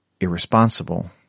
irresponsible